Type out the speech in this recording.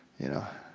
you know,